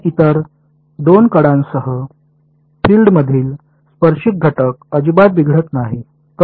तर इतर 2 कडांसह फील्डमधील स्पर्शिक घटक अजिबात बिघडत नाही